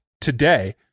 today